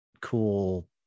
cool